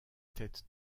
tête